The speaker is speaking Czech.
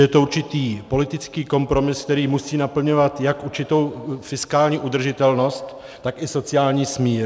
Je to určitý politický kompromis, který musí naplňovat jak určitou fiskální udržitelnost, tak i sociální smír.